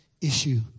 issue